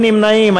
ואין נמנעים.